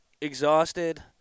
exhausted